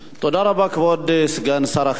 תודה רבה, כבוד סגן שר החינוך.